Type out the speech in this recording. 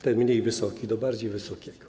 Ten mniej wysoki do bardziej wysokiego.